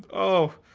oh.